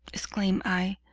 exclaimed i,